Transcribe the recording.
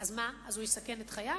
אז מה, הוא יסכן את חייו?